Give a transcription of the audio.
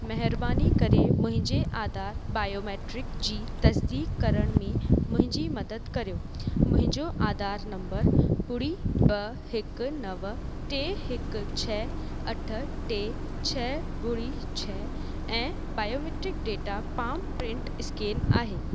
महेरबानी करे मुंहिंजे आधार बायोमीट्रिक जी तसदीक करण में मुंहिंजी मदद करियो मुंहिंजो आधार नंबर ॿुड़ी ब हिकु नव टे हिकु छ अठ टे छ ॿुड़ी छ ऐं biometric data palm print scan आहे